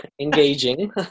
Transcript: engaging